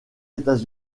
états